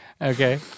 Okay